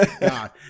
God